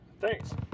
Thanks